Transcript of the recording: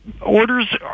orders